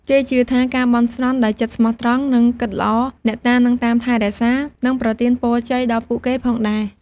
គេជឿថាការបន់ស្រន់ដោយចិត្តស្មោះត្រង់ និងគិតល្អ អ្នកតានឹងតាមថែរក្សា និងប្រទានពរជ័យដល់ពួកគេផងដែរ។